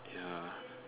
ya